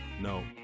no